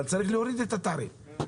צריך להוריד את התעריף.